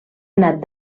anat